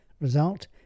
Result